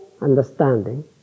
understanding